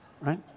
Right